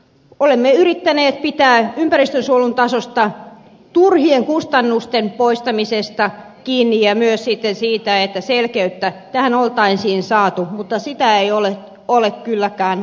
olemme yrittäneet pitää ympäristönsuojelun tasosta ja turhien kustannusten poistamisesta kiinni ja myös siitä että selkeyttä tähän olisi saatu mutta sitä ei ole kylläkään lopputuloksessa